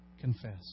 confess